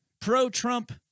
pro-Trump